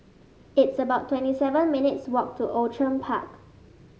it's about twenty seven minutes' walk to Outram Park